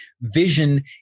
Vision